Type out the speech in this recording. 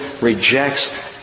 rejects